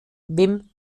wim